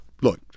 Look